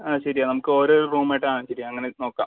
ആ ശരിയാണ് നമുക്ക് ഓരോ റൂമായിട്ട് ആ ശരിയാണ് അങ്ങനെ നോക്കാം